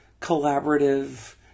collaborative